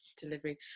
delivery